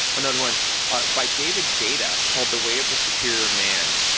another one by david data called the way of the superior man,